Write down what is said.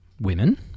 women